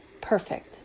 perfect